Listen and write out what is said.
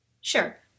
Sure